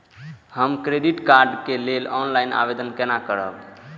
हम credit card के लेल ऑनलाइन आवेदन केना करब?